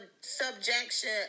subjection